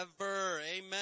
Amen